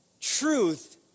Truth